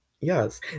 Yes